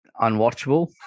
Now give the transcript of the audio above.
unwatchable